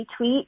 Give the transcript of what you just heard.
retweet